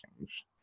change